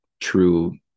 true